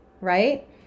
right